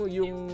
yung